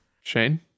Shane